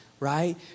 right